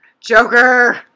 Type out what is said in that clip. Joker